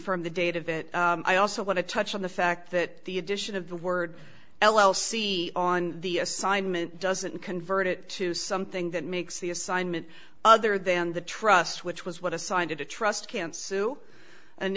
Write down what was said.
confirm the date of it i also want to touch on the fact that the addition of the word l l c on the assignment doesn't convert it to something that makes the assignment other than the trust which was what assigned it a trust can sue an